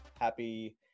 Happy